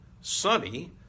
sunny